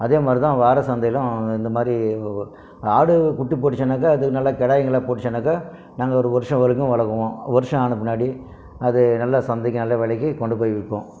அதே மாதிரிதான் வார சந்தையிலும் இந்த மாதிரி ஆடு குட்டி போட்டுச்சுன்னாக்கா அது நல்லா கிடாய்ங்களா போட்டுச்சுன்னாக்கா நாங்கள் ஒரு வருஷம் வரைக்கும் வளக்குவோம் வருஷம் ஆன பின்னாடி அது நல்லா சந்தைக்கு நல்ல விலைக்கு கொண்டு போய் விற்போம்